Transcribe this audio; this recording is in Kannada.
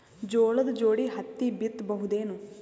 ಜೋಳದ ಜೋಡಿ ಹತ್ತಿ ಬಿತ್ತ ಬಹುದೇನು?